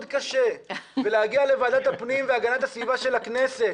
קשה ולהגיע לוועדת הפנים והגנת הסביבה של הכנסת,